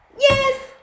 Yes